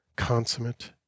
consummate